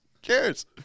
Cheers